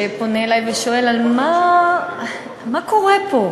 שפונה אלי ושואל: על מה, מה קורה פה?